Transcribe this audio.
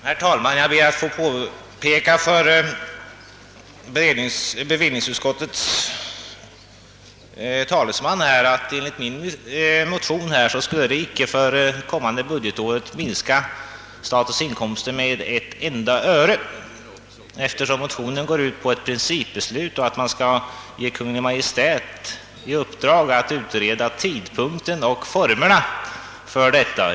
Herr talman! Eftersom min motion går ut på ett principbeslut och en hemställan om att Kungl. Maj:t företar en utredning rörande tidpunkten och formerna för ett överlåtande av AB Tipstjänst till Sveriges riksidrottsförbund, ber jag för bevillningsutskottets talesman få påpeka, att statens inkomster under kommande budgetår enligt min motion inte skulle minska med ett enda öre.